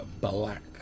Black